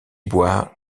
bois